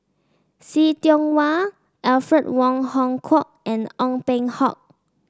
See Tiong Wah Alfred Wong Hong Kwok and Ong Peng Hock